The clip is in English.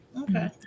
Okay